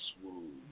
swoon